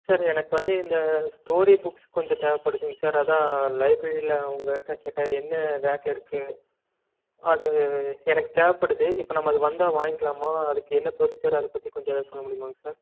sir எனக்கு வந்து இந்த ஸ்டோரி புக்ஸ் கொஞ்சம் தேவைபடுத்துங்க சார் அதான் லைப்ரரியில் உங்கள்கிட்ட கேட்டால் என்ன ரேக்கில் இருக்கு அது எனக்கு தேவைப்படுது இப்போ நம்ம அது வந்தால் வாங்கிக்கலாமா அதுக்கு என்ன ப்ரொசீஜர் அதை பற்றி கொஞ்சம் எதாவது சொல்லமுடியுமாங்க சார்